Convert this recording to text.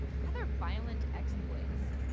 rather violent exploits.